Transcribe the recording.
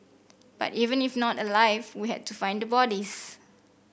but even if not alive we had to find the bodies